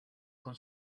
con